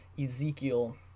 Ezekiel